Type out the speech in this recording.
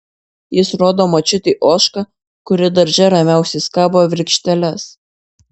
jis rodo močiutei ožką kuri darže ramiausia skabo virkšteles